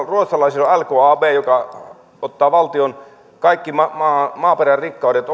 ruotsalaisillahan on lkab joka ottaa kaikki maaperän rikkaudet